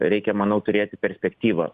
reikia manau turėti perspektyvą